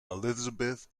elizabeth